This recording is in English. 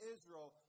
Israel